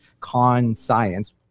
con-science